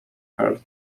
her